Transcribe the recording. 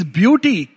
beauty